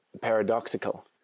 paradoxical